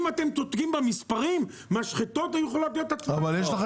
אם אתם צודקים במספרים משחטות היו יכולות להיות עצמאיות,